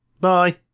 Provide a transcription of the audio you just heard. bye